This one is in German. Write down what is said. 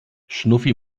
schnuffi